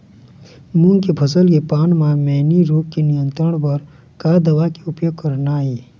मूंग के फसल के पान म मैनी रोग के नियंत्रण बर का दवा के उपयोग करना ये?